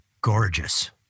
gorgeous